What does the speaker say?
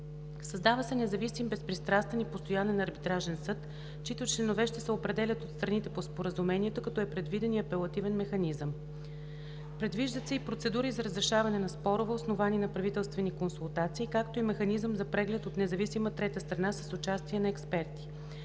Създава се независим, безпристрастен и постоянен арбитражен съд, чийто членове ще се определят от страните по Споразумението, като е предвиден и апелативен механизъм. Предвиждат се и процедури за разрешаването на спорове, основани на правителствени консултации, както и механизъм за преглед от независима трета страна с участие на експерти.